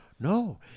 No